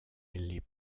les